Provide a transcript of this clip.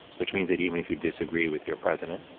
which means that even if you disagree with your president,